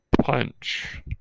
punch